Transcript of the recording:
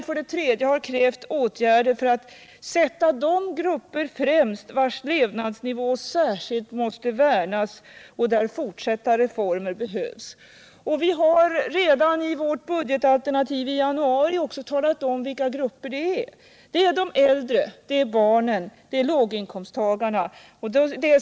För det tredje har vi krävt åtgärder för att sätta de grupper främst vilkas levnadsnivå särskilt måste värnas och för vilka fortsatta reformer behövs. Vi har redan i vårt budgetalternativ i januari talat om vilka grupper det gäller —- de äldre, barnen och låginkomsttagarna.